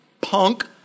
punk